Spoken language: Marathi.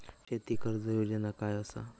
शेती कर्ज योजना काय असा?